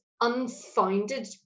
unfounded